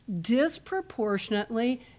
disproportionately